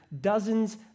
dozens